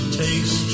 takes